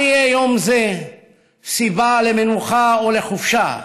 אל יהיה יום זה סיבה למנוחה או לחופשה,